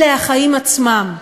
אלה החיים עצמם.